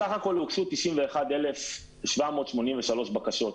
בסך הכול הוגשו 90,783 בקשות.